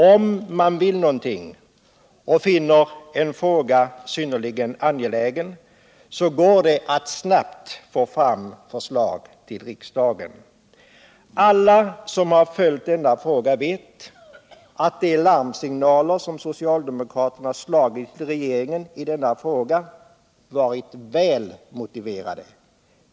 Om man vill någonting och finner en fråga synnerligen angelägen, går det att snabbt få fram förslag till riksdagen. Alla som har följt denna fråga vet att de larmsignaler som socialdemokraterna gett regeringen har varit väl motiverade.